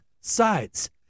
sides